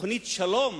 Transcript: תוכנית שלום